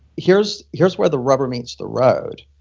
here's here's where the rubber meets the road.